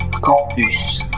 Campus